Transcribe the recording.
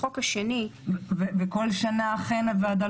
החוק השני --- ובכל שנה אכן הוועדה